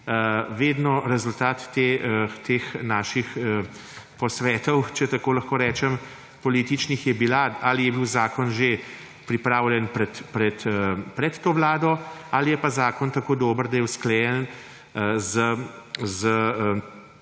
vedno rezultat teh naših političnih posvetov, če tako lahko rečem, je bila, ali je bil zakon že pripravljen pred to vlado ali je pa zakon tako dober, da je usklajen s